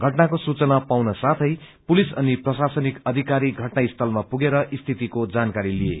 घटनाको सूचना पाउन साथे पुलिस अनि प्रशासनिक अधिकारी घटनास्थलमा पुगेर स्थितिको जानकारी लिए